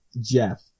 Jeff